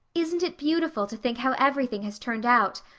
isn't it beautiful to think how everything has turned out.